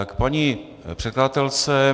K paní předkladatelce.